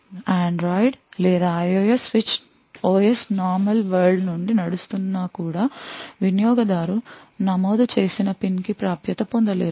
Android లేదా IOS switch OS normal world నుండి నడుస్తున్న కూడా వినియోగ దారు నమోదు చేసిన PIN కి యాక్సెస్ పొందలేరు